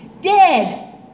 dead